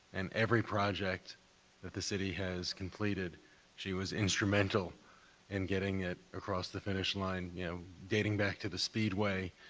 and every project that the city has completed she was instrumental in getting it across the finish line, you know, dating back to the speedway,